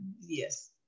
yes